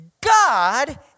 God